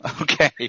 okay